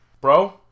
Bro